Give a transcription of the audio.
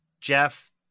Jeff